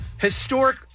historic